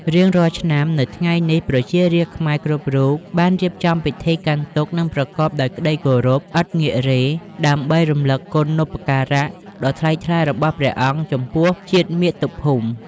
រៀងរាល់ឆ្នាំ នៅថ្ងៃនេះ ប្រជារាស្ត្រខ្មែរគ្រប់រូបបានរៀបចំពិធីកាន់ទុក្ខ និងប្រកបដោយក្ដីគោរពឥតងាករេ ដើម្បីរំលឹកគុណូបការៈដ៏ថ្លៃថ្លារបស់ព្រះអង្គចំពោះជាតិមាតុភូមិ។